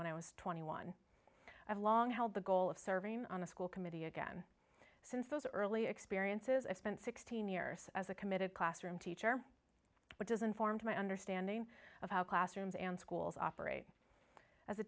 when i was twenty one have long held the goal of serving on the school committee again since those early experiences i spent sixteen years as a committed classroom teacher which is informed my understanding of how classrooms and schools operate as a